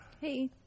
Hey